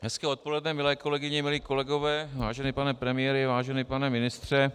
Hezké odpoledne, milé kolegyně, milí kolegové, vážený pane premiére i vážený pane ministře.